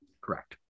Correct